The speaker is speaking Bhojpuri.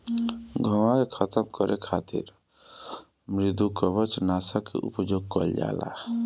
घोंघा के खतम करे खातिर मृदुकवच नाशक के उपयोग कइल जाला